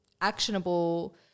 actionable